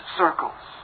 circles